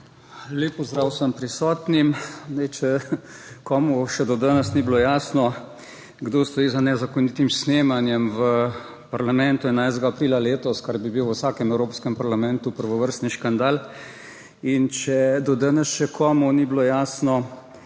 Lep pozdrav vsem prisotnim. Zdaj, če komu še do danes ni bilo jasno kdo stoji za nezakonitim snemanjem v parlamentu 11. aprila letos, kar bi bil v vsakem evropskem parlamentu prvovrsten škandal in če do danes še komu ni bilo jasno,